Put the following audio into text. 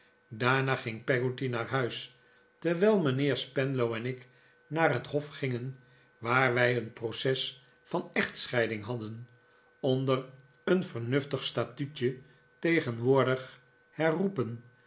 daarna ging peggotty naar huis terwijl mijnheer spenlow en ik naar het hof gingen waar wij een proces van echtscheiding hadden onder een vernuftig statuutje tegenwoordig